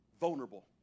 vulnerable